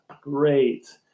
great